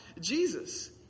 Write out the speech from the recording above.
Jesus